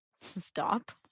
stop